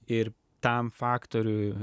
ir tam faktoriui